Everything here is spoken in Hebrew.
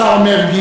מה שאמרת,